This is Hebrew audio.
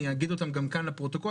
אני אגיד אותם גם כאן לפרוטוקול,